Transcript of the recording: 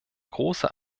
große